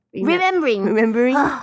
Remembering